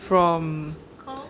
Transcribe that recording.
from